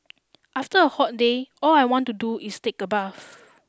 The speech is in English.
after a hot day all I want to do is take a bath